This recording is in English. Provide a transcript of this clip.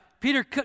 Peter